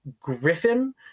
Griffin